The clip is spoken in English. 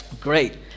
great